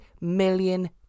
million